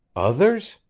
others?